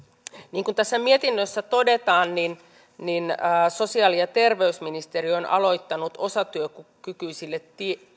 niin kuin tässä mietinnössä todetaan niin niin sosiaali ja terveysministeriö on aloittanut osatyökykyisille